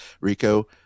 rico